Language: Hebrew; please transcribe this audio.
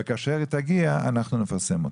וכאשר היא תגיע אנחנו נפרסם אותה.